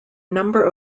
number